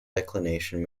declination